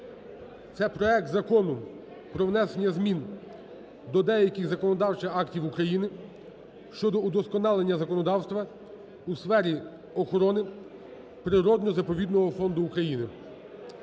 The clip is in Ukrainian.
Це проект Закону про внесення змін до деяких законодавчих актів України щодо удосконалення законодавства у сфері охорони природно-заповідного фонду України